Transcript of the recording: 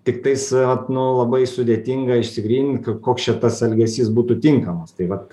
tiktais vat nu labai sudėtinga išsigrynint koks čia tas elgesys būtų tinkamas tai vat